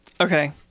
Okay